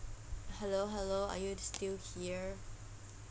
hello hello are you still here